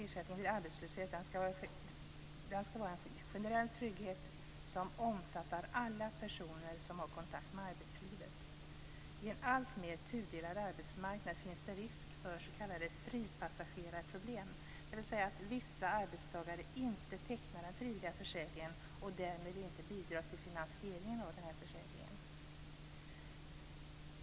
Ersättningen vid arbetslöshet ska vara en generell trygghet som omfattar alla personer som har kontakt med arbetslivet. På en alltmer tudelad arbetsmarknad finns det risk för att s.k. fripassagerarproblem uppstår, dvs. att vissa arbetstagare inte tecknar den frivilliga försäkringen och därmed inte bidrar till finansieringen av den.